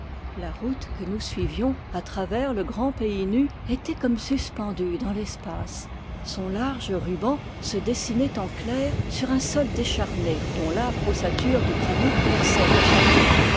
la route que nous suivions à travers le grand pays nu était comme suspendue dans l'espace son large ruban se dessinait en clair sur un sol décharné dont l'âpre ossature de granit perçait à chaque pas